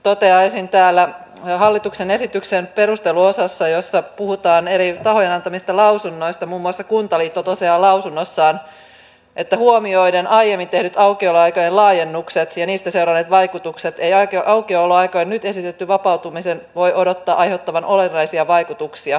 toteaisin että täällä hallituksen esityksen perusteluosassa jossa puhutaan eri tahojen antamista lausunnoista muun muassa kuntaliitto toteaa lausunnossaan että huomioiden aiemmin tehdyt aukioloaikojen laajennukset ja niistä seuranneet vaikutukset ei aukioloaikojen nyt esitetyn vapautumisen voi odottaa aiheuttavan olennaisia vaikutuksia